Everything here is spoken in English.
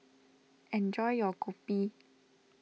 enjoy your Kopi